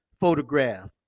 photograph